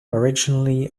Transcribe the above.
originally